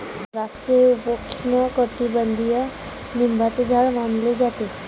द्राक्षे हे उपोष्णकटिबंधीय लिंबाचे झाड मानले जाते